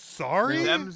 Sorry